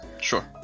sure